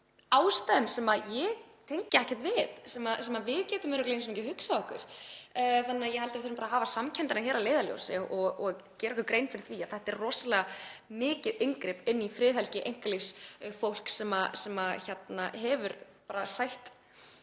ástæðum sem ég tengi ekki við, sem við getum örugglega ekki einu sinni hugsað okkur. Þannig að ég held að við þurfum að hafa samkenndina hér að leiðarljósi og gera okkur grein fyrir því að þetta er rosalega mikið inngrip inn í friðhelgi einkalífs fólks sem hefur sætt